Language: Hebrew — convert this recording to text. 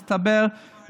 מסתבר,